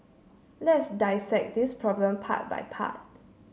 let's dissect this problem part by part